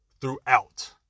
throughout